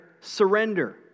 surrender